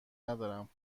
ندارم